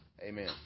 Amen